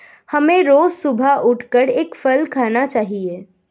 हमें रोज सुबह उठकर एक फल खाना चाहिए